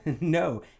No